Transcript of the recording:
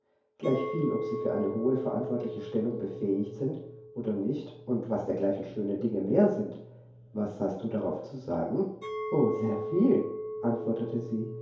gleichviel ob sie für eine hohe verantwortliche stellung befähigt sind oder nicht und was dergleichen schöne dinge mehr sind was hast du darauf zu sagen o sehr viel antwortete sie